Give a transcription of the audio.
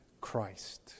Christ